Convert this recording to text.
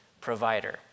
provider